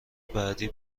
بعدی